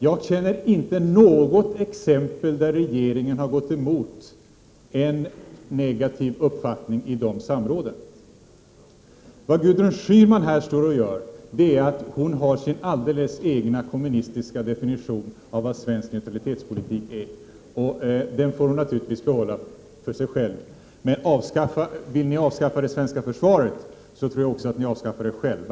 Jag känner inte till något exempel som visar att regeringen har gått emot en negativ uppfattning i de samråden. Vad Gudrun Schyman här uttalar sig om är sin alldeles egna kommunistiska definition av svensk neutralitetspolitik. Den får hon naturligtvis behålla för sig själv. Men vill ni i vpk avskaffa det svenska försvaret, då tror jag att ni också avskaffar er själva.